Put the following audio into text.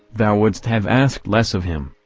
thou wouldst have asked less of him.